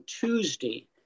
Tuesday